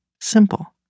simple